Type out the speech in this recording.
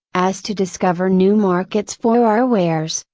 as to discover new markets for our wares,